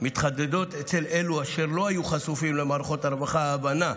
מתחדדת אצל אלו אשר לא היו חשופים למערכות הרווחה ההבנה,